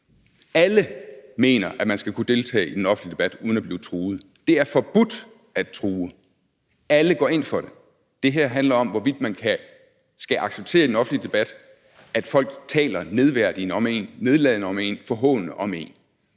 Alle mener, at man skal kunne deltage i den offentlige debat uden at blive truet. Det er forbudt at true. Alle går ind for det. Det her handler om, hvorvidt man i den offentlige debat skal acceptere, at folk taler nedværdigende, nedladende eller forhånende om en,